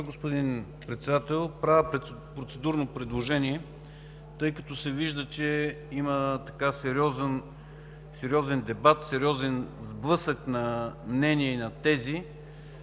господин Председател. Правя процедурно предложение, тъй като се вижда, че има сериозен дебат, сериозен сблъсък на мнения и на тези,